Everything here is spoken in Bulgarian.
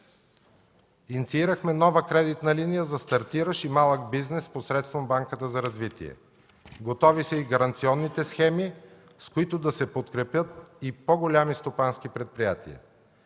Инициирахме нова кредитна линия за стартиращ и малък бизнес посредством Банката за развитие. Готови са и гаранционните схеми, с които да се подкрепят и по-големи стопански предприятия.